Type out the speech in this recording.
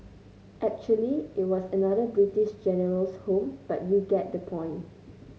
actually it was another British General's home but you get the point